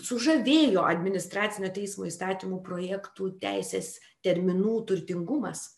sužavėjo administracinio teismo įstatymų projektų teisės terminų turtingumas